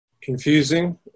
confusing